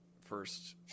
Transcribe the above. first